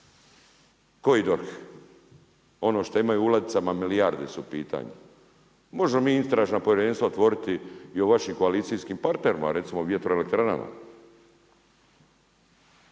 Koji DORH? Ono što imaju u ladicama milijarde su u pitanju. Možemo mi istražna povjerenstva otvoriti i o vašim koalicijskim partnerima, recimo vjetroelektranama.